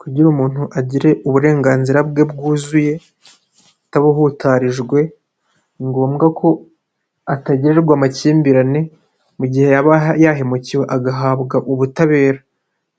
Kugira umuntu agire uburenganzira bwe bwuzuye atabuhutarijwe ni gombwa ko atagirirwa amakimbirane mu gihe yaba yahemukiwe agahabwa ubutabera,